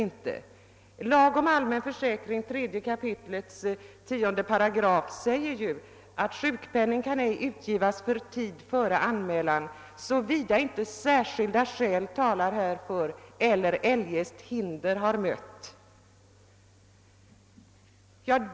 Lagen om allmän försäkring säger i 3 kap. 10 § att sjukpenning ej utges för tid innan anmälan gjorts, såvida inte särskilda skäl talar härför eller eljest hinder möter.